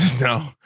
No